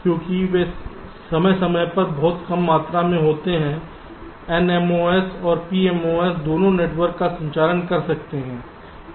क्योंकि वे समय समय पर बहुत कम मात्रा में होते हैं NMOS और PMOS दोनों नेटवर्क का संचालन कर सकते हैं